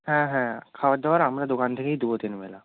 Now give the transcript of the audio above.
হ্যাঁ হ্যাঁ খাওয়ার দাওয়ার আমরা দোকান থেকেই দেবো তিনবেলা